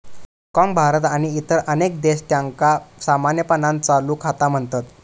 हाँगकाँग, भारत आणि इतर अनेक देश, त्यांका सामान्यपणान चालू खाता म्हणतत